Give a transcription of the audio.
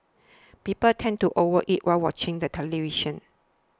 people tend to overeat while watching the television